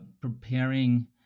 preparing